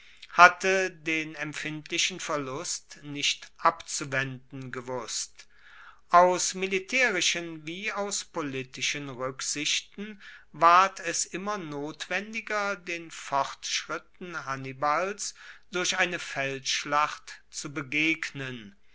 hatte den empfindlichen verlust nicht abzuwenden gewusst aus militaerischen wie aus politischen ruecksichten ward es immer notwendiger den fortschritten hannibals durch eine feldschlacht zu begegnen